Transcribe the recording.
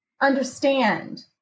understand